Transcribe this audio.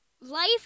life